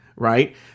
Right